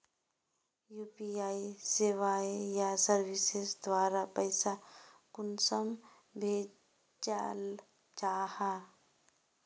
UPI सेवाएँ या services द्वारा पैसा कुंसम भेजाल जाहा?